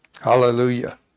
Hallelujah